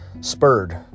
Spurred